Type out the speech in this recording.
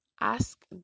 Ask